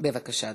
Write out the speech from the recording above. בבקשה אדוני.